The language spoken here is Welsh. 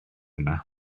yna